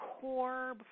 core